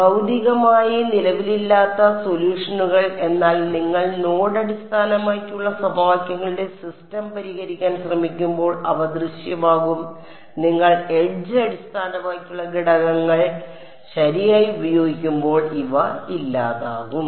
ഭൌതികമായി നിലവിലില്ലാത്ത സൊല്യൂഷനുകൾ എന്നാൽ നിങ്ങൾ നോഡ് അടിസ്ഥാനമാക്കിയുള്ള സമവാക്യങ്ങളുടെ സിസ്റ്റം പരിഹരിക്കാൻ ശ്രമിക്കുമ്പോൾ അവ ദൃശ്യമാകും നിങ്ങൾ എഡ്ജ് അടിസ്ഥാനമാക്കിയുള്ള ഘടകങ്ങൾ ശരിയായി ഉപയോഗിക്കുമ്പോൾ അവ ഇല്ലാതാകും